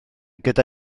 gyda